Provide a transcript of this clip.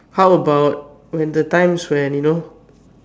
how about when the times when you know